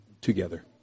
together